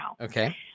Okay